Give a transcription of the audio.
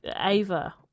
Ava